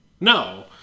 No